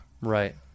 Right